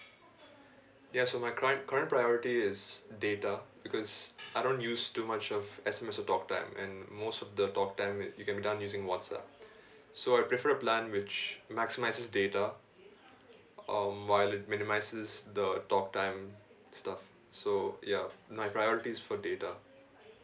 ya so my cur~ current priority is data because I don't use too much of S_M_S or talk time and most of the talk time you can be done using whatsapp so I prefer a plan which maximises data um while it minimises the talk time stuff so ya my priority is for data